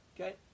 Okay